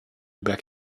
back